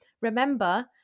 remember